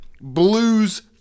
Blues